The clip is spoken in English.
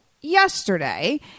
yesterday